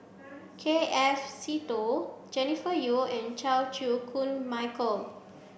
K F Seetoh Jennifer Yeo and Chan Chew Koon Michael